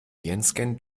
virenscan